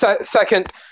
second